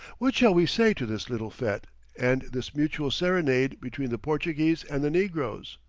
what shall we say to this little fete and this mutual serenade between the portuguese and the negroes?